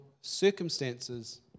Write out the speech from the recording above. circumstances